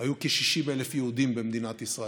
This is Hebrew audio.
היו כ-60,000 יהודים במדינת ישראל.